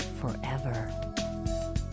forever